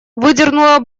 выдернула